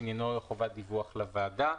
שעניינו חובת דיווח לוועדה.